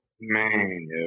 Man